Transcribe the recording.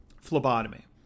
Phlebotomy